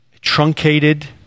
truncated